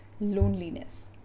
loneliness